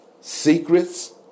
secrets